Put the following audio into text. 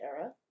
era